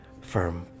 firm